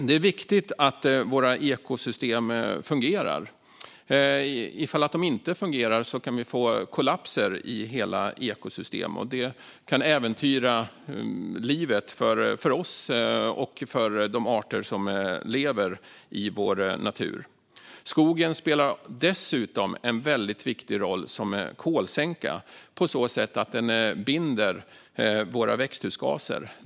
Det är viktigt att våra ekosystem fungerar. Om de inte fungerar kan det bli kollapser i hela ekosystem, och det kan äventyra livet för oss och för de arter som lever i vår natur. Skogen spelar dessutom en väldigt viktig roll som kolsänka, på så sätt att den binder våra växthusgaser.